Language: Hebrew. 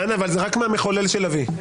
כהנא, אבל זה רק מהמחולל של ה"וי".